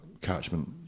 catchment